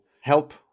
help